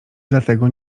dlatego